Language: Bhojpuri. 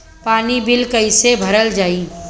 पानी बिल कइसे भरल जाई?